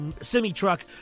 semi-truck